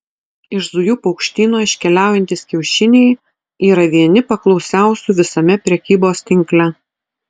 iš zujų paukštyno iškeliaujantys kiaušiniai yra vieni paklausiausių visame prekybos tinkle